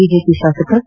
BJP ಶಾಸಕ K